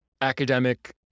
academic